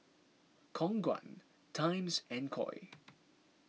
Khong Guan Times and Koi